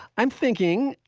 i'm thinking,